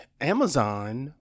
Amazon